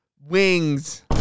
wings